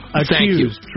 accused